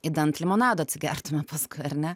idant limonado atsigertume paskui ar ne